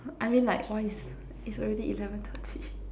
I mean like why is it's already eleven thirty